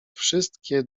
wszystkie